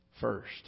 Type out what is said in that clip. first